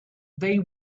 they